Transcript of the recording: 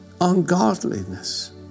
ungodliness